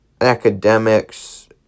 academics